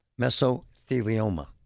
Mesothelioma